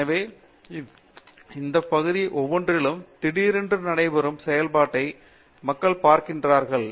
எனவே இந்த பகுதிகள் ஒவ்வொன்றிலும் திடீரென்று நடைபெறும் செயல்பாட்டை மக்கள் பார்க்கிறார்கள்